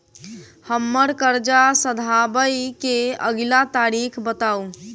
हम्मर कर्जा सधाबई केँ अगिला तारीख बताऊ?